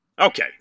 okay